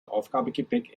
aufgabegepäck